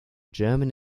german